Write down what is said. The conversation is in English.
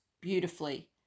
beautifully